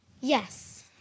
yes